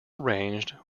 arranged